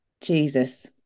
Jesus